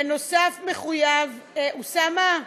בנוסף, מחויב, אוסאמה,